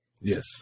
Yes